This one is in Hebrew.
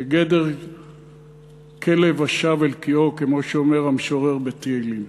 בגדר כלב השב אל קיאו, כמו שאומר המשורר בתהילים.